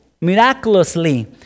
miraculously